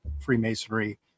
Freemasonry